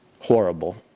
Horrible